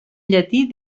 llatí